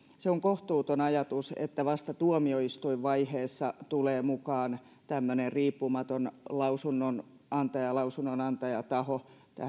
se on kohtuuton ajatus että vasta tuomioistuinvaiheessa tulee mukaan tämmöinen riippumaton lausunnonantaja lausunnonantajataho